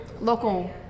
Local